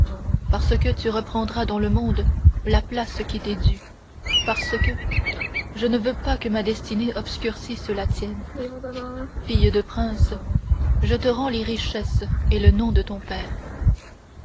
parce que tu reprendras dans le monde la place qui t'est due parce que je ne veux pas que ma destinée obscurcisse la tienne fille de prince je te rends les richesses et le nom de ton père